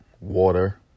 water